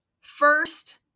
First